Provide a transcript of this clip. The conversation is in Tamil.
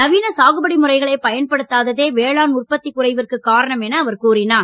நவீன சாகுபடி முறைகளை பயன்படுத்தாத்தே வேளாண் உற்பத்தி குறைவிற்கு காரணம் என அவர் கூறினார்